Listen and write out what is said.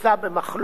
בבית זה,